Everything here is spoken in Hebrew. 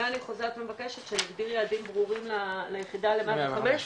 ואני חוזרת ומבקשת שנגדיר יעדים ברורים ליחידת 105,